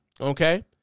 Okay